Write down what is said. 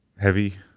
heavy